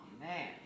man